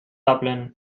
dublin